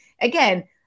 again